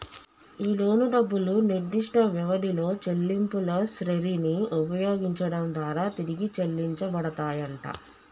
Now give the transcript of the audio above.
ఈ లోను డబ్బులు నిర్దిష్ట వ్యవధిలో చెల్లింపుల శ్రెరిని ఉపయోగించడం దారా తిరిగి చెల్లించబడతాయంట